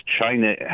China